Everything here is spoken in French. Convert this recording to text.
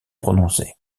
prononcées